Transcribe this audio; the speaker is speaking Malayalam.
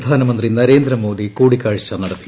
പ്രധാനമന്ത്രി നരേന്ദ്രമോദി കൂടിക്കാഴ്ച നടത്തി